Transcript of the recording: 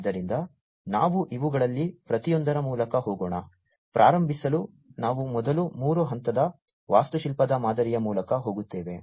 ಆದ್ದರಿಂದ ನಾವು ಇವುಗಳಲ್ಲಿ ಪ್ರತಿಯೊಂದರ ಮೂಲಕ ಹೋಗೋಣ ಪ್ರಾರಂಭಿಸಲು ನಾವು ಮೊದಲು ಮೂರು ಹಂತದ ವಾಸ್ತುಶಿಲ್ಪದ ಮಾದರಿಯ ಮೂಲಕ ಹೋಗುತ್ತೇವೆ